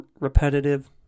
repetitive